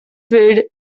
feed